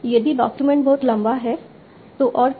यदि डॉक्यूमेंट बहुत लंबा है तो और क्या